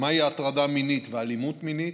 מהן הטרדה מינית ואלימות מינית,